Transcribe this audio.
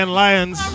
lions